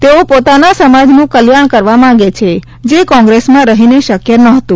તેઓ પોતાના સમાજનું કલ્યાણ કરવા માગે છે જે કોંગ્રેસમાં રહીને શક્ય નહોતું